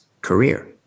career